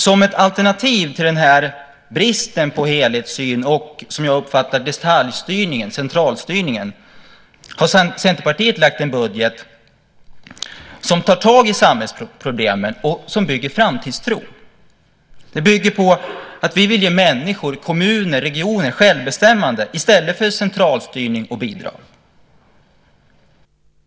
Som ett alternativ till denna brist på helhetssyn och denna, som jag uppfattar det, detalj och centralstyrning har Centerpartiet lagt fram en budget som tar tag i samhällsproblemen och som bygger framtidstro. Den bygger på att vi vill ge människor, kommuner och regioner självbestämmande i stället för centralstyrning och bidrag.